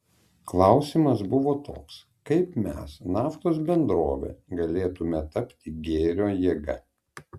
klausimas buvo toks kaip mes naftos bendrovė galėtumėme tapti gėrio jėga